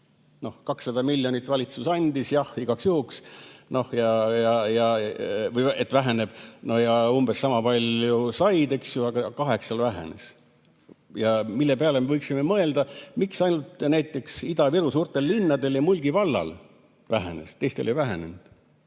200 miljonit valitsus andis jah igaks juhuks, et väheneb, ja umbes sama palju said, eks ju, aga kaheksal vähenes. Selle peale me võiksime mõelda, miks ainult näiteks Ida-Viru suurtel linnadel ja Mulgi vallal vähenes, teistel ei vähenenud.